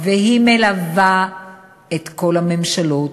והיא מלווה את כל הממשלות,